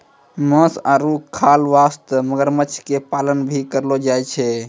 मांस आरो खाल वास्तॅ मगरमच्छ के पालन भी करलो जाय छै